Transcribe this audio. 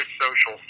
social